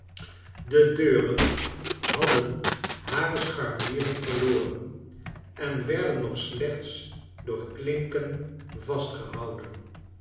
de deuren hadden hare scharnieren verloren en werden nog slechts door klinken vastgehouden